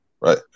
right